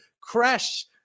crash